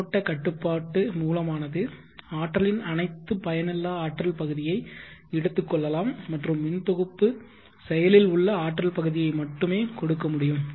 மின்னோட்ட கட்டுப்பாட்டு மூலமானது ஆற்றலின் அனைத்து பயனில்லா ஆற்றல் பகுதியை எடுத்துக் கொள்ளலாம் மற்றும் மின் தொகுப்பு செயலில் உள்ள ஆற்றல் பகுதியை மட்டுமே கொடுக்க முடியும்